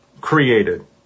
created